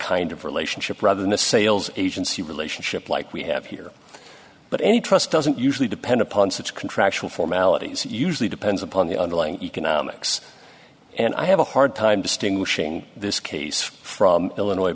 relationship rather than a sales agency relationship like we have here but any trust doesn't usually depend upon such contractual formalities usually depends upon the underlying economics and i have a hard time distinguishing this case from illinois